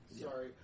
sorry